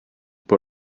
put